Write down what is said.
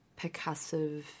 percussive